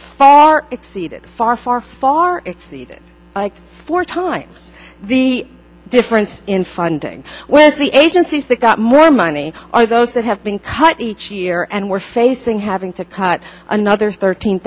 far exceeded far far far exceeded four times the difference in funding whereas the agencies that got more money are those that have been cut each year and were facing having to cut another thirteen